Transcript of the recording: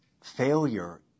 failure